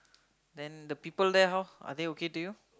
then the people there how are they okay to you